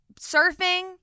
surfing